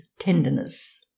tenderness